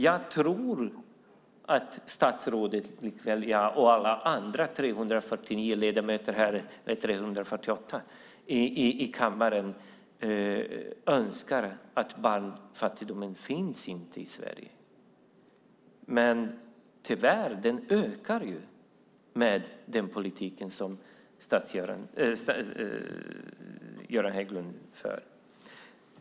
Jag tror att statsrådet och alla andra 348 ledamöter här i kammaren önskar att barnfattigdomen inte skulle finnas i Sverige, men tyvärr ökar den med den politik som Göran Hägglund för.